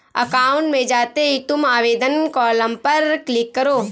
account में जाते ही तुम आवेदन कॉलम पर क्लिक करो